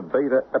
Beta